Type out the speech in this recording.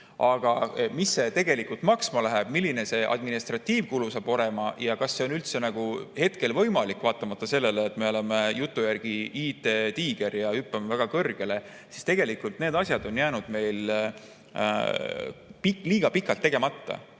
Aga mis see tegelikult maksma läheb, milline see administratiivkulu saab olema ja kas see on üldse hetkel võimalik? Vaatamata sellele, et me oleme jutu järgi IT‑tiiger ja hüppame väga kõrgele, on need asjad jäänud meil liiga pikalt tegemata.